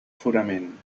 fonament